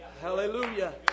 Hallelujah